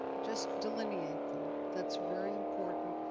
just delineate them. that's very important.